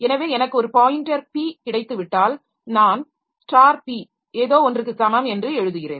எனவே எனக்கு ஒரு பாயின்டர் p கிடைத்துவிட்டால் நான் p ஏதோவொன்றுக்கு சமம் என்று எழுதுகிறேன்